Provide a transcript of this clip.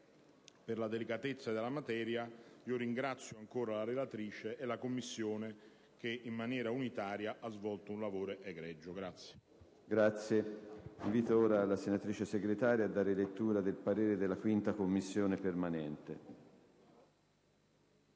per la delicatezza della materia, ringrazio ancora la relatrice e la Commissione, che in maniera unitaria ha svolto un lavoro egregio.